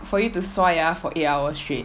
for you to 刷牙 for eight hours straight